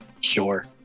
Sure